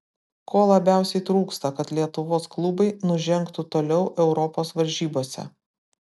ko labiausiai trūksta kad lietuvos klubai nužengtų toliau europos varžybose